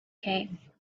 came